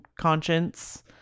conscience